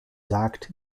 sagt